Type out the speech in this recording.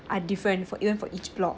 are different for even for each block